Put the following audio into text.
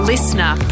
Listener